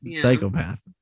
psychopath